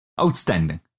Outstanding